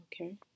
Okay